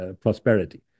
prosperity